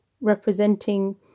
representing